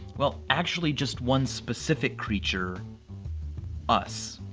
well, actually, just one specific creature us.